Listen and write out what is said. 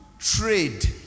Trade